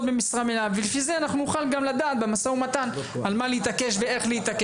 במשרה מלאה ולפי זה אנחנו נוכל לדעת במשא ומתן על מה להתעקש וכיצד.